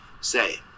say